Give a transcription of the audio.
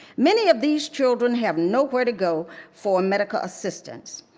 many of these children have nowhere to go for medical assistance.